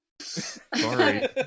Sorry